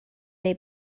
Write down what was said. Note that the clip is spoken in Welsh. neu